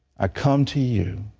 i come to you